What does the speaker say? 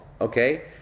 okay